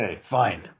fine